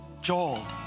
Joel